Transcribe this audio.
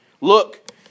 Look